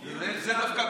איזו התנהגות זו?